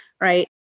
right